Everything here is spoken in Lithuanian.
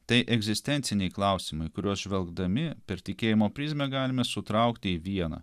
tai egzistenciniai klausimai kuriuos žvelgdami per tikėjimo prizmę galime sutraukti į vieną